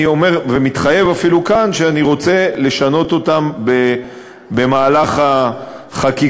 אומר ומתחייב אפילו כאן שאני רוצה לשנות אותם במהלך החקיקה.